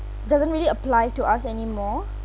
doesn't really apply to us anymore